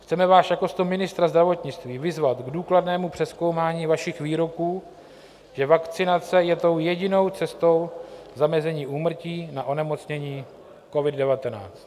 Chceme vás jakožto ministra zdravotnictví vyzvat k důkladnému přezkoumání vašich výroků, že vakcinace je tou jedinou cestou k zamezení úmrtí na onemocnění covid19.